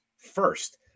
First